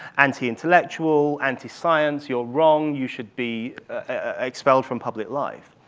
anti-intellectual, anti-science. you're wrong. you should be expelled from public life.